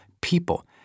people